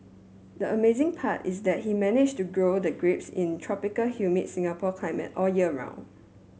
the amazing part is that he managed to grow the grapes in tropical humid Singapore climate all year round